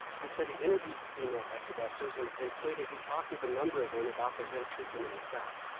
he said he interviewed female exodusters and and stated he talked with a number of them about their ill treatment in the south.